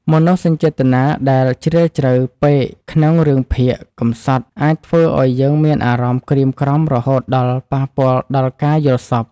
មនោសញ្ចេតនាដែលជ្រាលជ្រៅពេកក្នុងរឿងភាគកម្សត់អាចធ្វើឱ្យយើងមានអារម្មណ៍ក្រៀមក្រំរហូតដល់ប៉ះពាល់ដល់ការយល់សប្តិ។